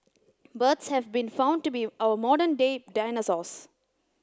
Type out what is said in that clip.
birds have been found to be our modern day dinosaurs